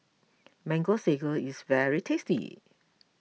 Mango Sago is very tasty